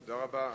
תודה רבה.